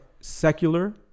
secular